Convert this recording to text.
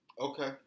Okay